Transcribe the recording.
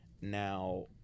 Now